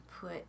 put